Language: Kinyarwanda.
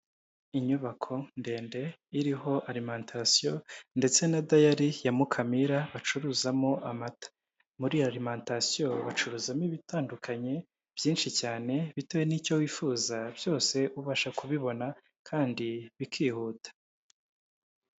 Inyubako ndende iriho alimantasiyo ndetse na dayari ya Mukamira bacuruzamo amata, muri alimantasiyo bacuruzamo ibitandukanye byinshi cyane bitewe n'icyo wifuza byose ubasha kubibona kandi bikihuta.